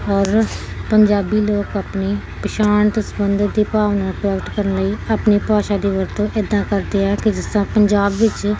ਔਰ ਪੰਜਾਬੀ ਲੋਕ ਆਪਣੀ ਪਛਾਣ ਅਤੇ ਸੰਬੰਧਿਤ ਦੀ ਭਾਵਨਾ ਪ੍ਰਾਪਤ ਕਰਨ ਲਈ ਆਪਣੀ ਭਾਸ਼ਾ ਦੀ ਵਰਤੋਂ ਇੱਦਾਂ ਕਰਦੇ ਆ ਕਿ ਜਿਸ ਤਰ੍ਹਾਂ ਪੰਜਾਬ ਵਿੱਚ